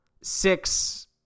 six